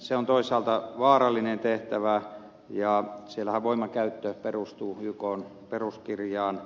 se on toisaalta vaarallinen tehtävä ja siellähän voimankäyttö perustuu ykn peruskirjaan